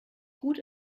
gut